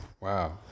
Wow